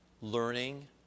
learning